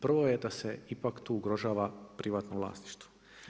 Prvo je da se ipak tu ugrožava privatno vlasništvo.